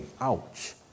ouch